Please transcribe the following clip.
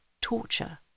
torture